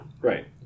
Right